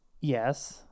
Yes